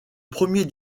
premier